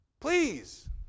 Please